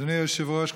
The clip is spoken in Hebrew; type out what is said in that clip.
אדוני היושב-ראש,